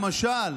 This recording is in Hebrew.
למשל,